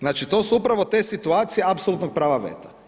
Znači to su upravno te situacije apsolutno prava veta.